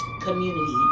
community